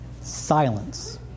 Silence